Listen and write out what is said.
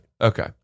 Okay